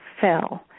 fell